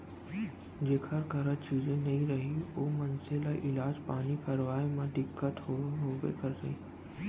जेकर करा चीजे नइ रही ओ मनसे ल इलाज पानी करवाय म दिक्कत तो होबे करही